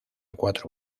cuatro